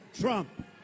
Trump